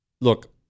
look